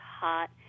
hot